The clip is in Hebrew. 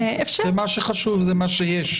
מה שחשוב זה מה שיש.